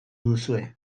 duzue